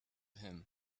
him